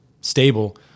stable